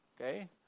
Okay